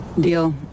Deal